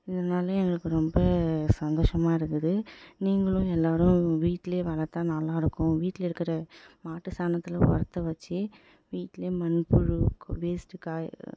இதனால எங்களுக்கு ரொம்ப சந்தோஷமாக இருக்குது நீங்களும் எல்லோரும் வீட்டில் வளர்த்தா நல்லாயிருக்கும் வீட்டில் இருக்கிற மாட்டு சாணத்தில் உரத்த வச்சி வீட்டில் மண்புழு வேஸ்ட்டு காய்